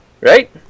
right